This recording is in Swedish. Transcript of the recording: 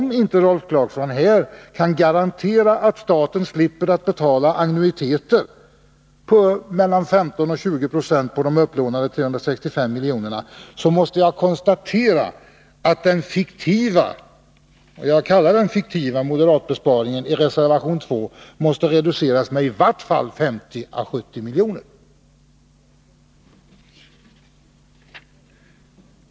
Om inte Rolf Clarkson här kan garantera att staten slipper att betala annuiteter på mellan 15 och 20 26 på de upplånade 365 miljonerna, måste jag konstatera att den fiktiva — jag kallar det den fiktiva — moderata besparingen i reservation 2 måste reduceras med i vart fall 50-70 miljoner.